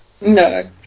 No